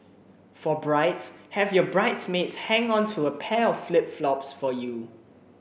for brides have your bridesmaids hang onto a pair flip flops for you